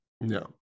no